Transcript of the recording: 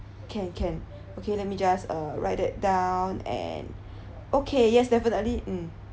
can can okay let me just uh write that down and okay yes definitely mm